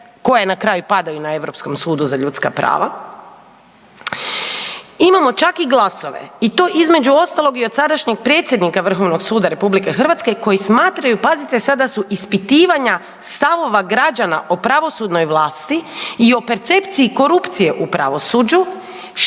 koje na kraju padaju na Europskom sudu za ljudska prava, imamo čak i glasove, i to, između ostalog i od sadašnjeg predsjednika VSRH koji smatraju, pazite sad, da su ispitivanja stavova građana o pravosudnoj vlasti i o percepciji korupcije u pravosuđu